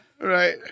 Right